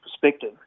perspective